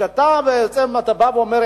כשאתה בא ואומר,